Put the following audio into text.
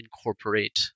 incorporate